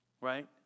right